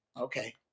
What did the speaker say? Okay